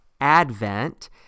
Advent